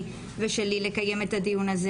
וזה המקום הראוי לקיים את הדיון החשוב